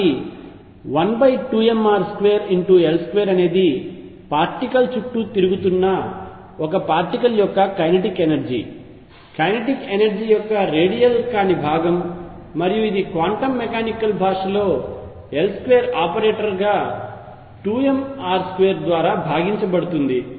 కాబట్టి 12mr2L2 అనేది particle చుట్టూ తిరుగుతున్న ఒక పార్టికల్ యొక్క కైనెటిక్ ఎనర్జీ కైనెటిక్ ఎనర్జీ యొక్క రేడియల్ కాని భాగం మరియు ఇది క్వాంటం మెకానికల్ భాషలో L2 ఆపరేటర్గా 2mr2 ద్వారా భాగించబడుతుంది